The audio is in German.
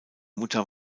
mutter